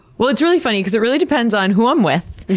well, it's really funny cause it really depends on who i'm with,